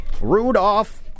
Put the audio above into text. Rudolph